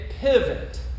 pivot